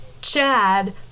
Chad